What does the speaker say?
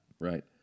Right